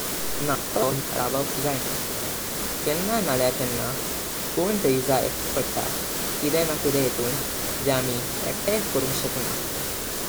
ना एकतो सर्खो स्वतंत्र कोंक रावपक जाएना। केन्ना नाल्यार केन्ना कोन तरी जाए पडता किदे ना किदे हितून जें आमी एकते करुंग शेखना।